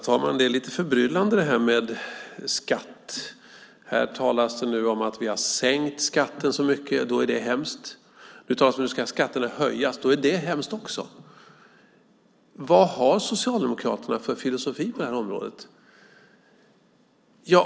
Herr talman! Det här med skatt är lite förbryllande. Här talas det om att vi har sänkt skatten så mycket, och det är hemskt. Det talas om att skatterna nu ska höjas, och då är det också hemskt. Vad har Socialdemokraterna för filosofi på det här området?